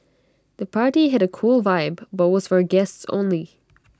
the party had A cool vibe but was for guests only